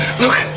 Look